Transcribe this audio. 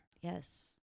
Yes